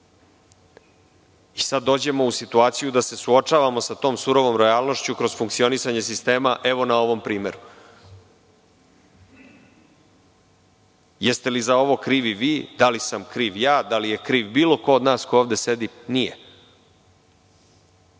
Sada dolazimo u situaciju da se suočavamo sa tom surovom realnošću kroz funkcionisanje sistema na ovom primeru. Jeste li za ovo krivi vi? Da li sam kriv ja? Da li je kriv bilo kod od nas ko sedi ovde? Nije.